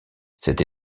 cette